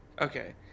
Okay